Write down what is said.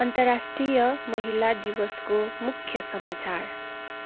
अन्तर्राष्ट्रिय महिला दिवसको मुख्य समाचार